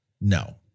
No